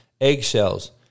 eggshells